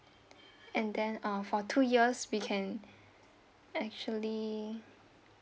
and then uh for two years we can actually